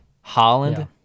Holland